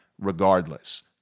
regardless